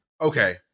okay